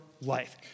life